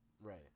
Right